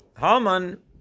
Haman